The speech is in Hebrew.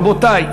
רבותי,